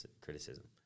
criticism